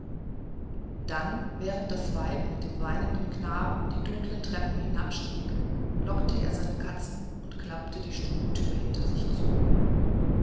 dann während das weib mit dem weinenden knaben die dunklen treppen hinabstieg lockte er seine katzen und klappte die stubentür hinter sich zu